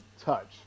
touch